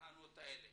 בתחנות אלה?